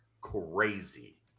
crazy